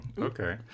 okay